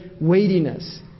weightiness